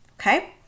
okay